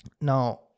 Now